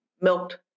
milked